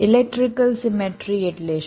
electrical symmetry એટલે શું